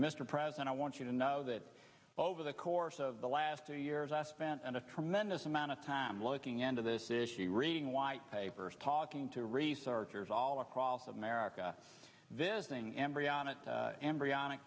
mr president i want you to know that over the course of the last two years i spent a tremendous amount of time looking into this issue reading papers talking to researchers all across america visiting embryonic embryonic